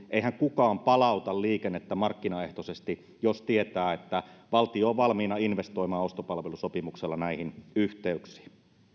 eihän kukaan palauta liikennettä markkinaehtoisesti jos tietää että valtio on valmiina investoimaan ostopalvelusopimuksella näihin yhteyksiin